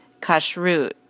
kashrut